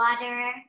water